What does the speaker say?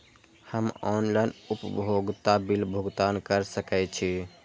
हम ऑनलाइन उपभोगता बिल भुगतान कर सकैछी?